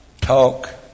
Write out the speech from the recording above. Talk